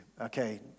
Okay